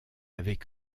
avec